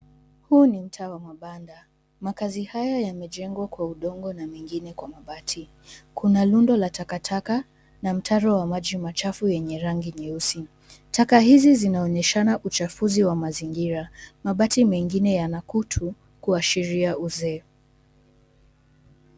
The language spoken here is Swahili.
Huu ni mtaa wa mabanda. Makazi haya yamejengwa kwa udongo na mengine kwa mabati. Kuna rundo la takataka na mtaro wa maji machafu yenye rangi nyeusi. Taka hizi zinaonyeshana uchafuzi wa mazingira. Mabati mengine yana kutu, kuashiria uzee.